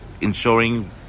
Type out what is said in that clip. ensuring